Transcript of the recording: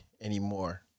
anymore